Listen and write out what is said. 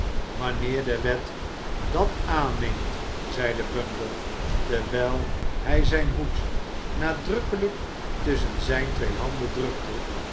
wanneer de wet dat aanneemt zeide bumble terwijl hij zijn hoed nadrukkelijk tusschen zijne twee handen drukte